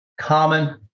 common